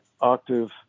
octave